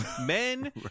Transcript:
Men